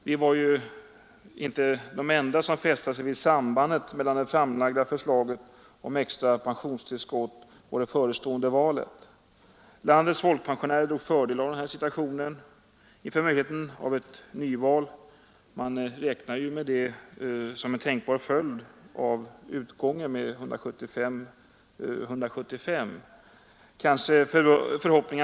Vi var inte de enda som fäste oss vid sambandet mellan det framlagda förslaget om extra pensionstillskott och det förestående valet. Landets folkpensionärer drog fördel av situationen inför möjligheten av ett nyval som ju anses vara en tänkbar följd av ställningen 175—175 som resultat av valutgången.